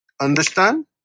understand